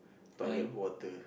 toilet water